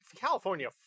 California